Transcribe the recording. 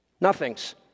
nothings